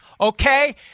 Okay